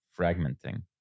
fragmenting